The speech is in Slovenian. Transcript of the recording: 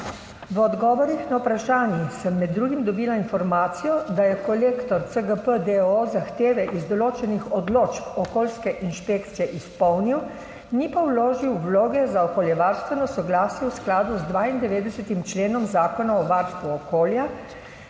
V odgovorih na vprašanji sem med drugim dobila informacijo, da je Kolektor CPG, d. o. o., izpolnil zahteve iz določenih odločb okoljske inšpekcije, ni pa vložil vloge za okoljevarstveno soglasje v skladu z 92. členom Zakona o varstvu okolja,